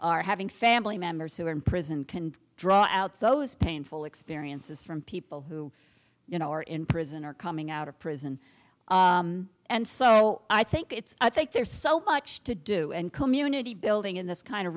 are having family members who are in prison can draw out those painful experiences from people who you know are in prison or coming out of prison and so i think it's i think there's so much to do and community building in this kind of